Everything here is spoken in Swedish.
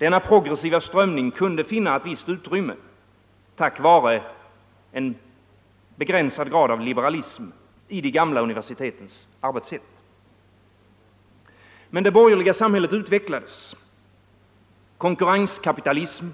Denna progressiva strömning kunde finna ett utrymme tack vare en viss liberalism i de gamla universitetens arbetssätt. Men det borgerliga samhället utvecklades. Konkurrenskapitalism